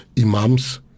imams